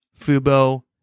Fubo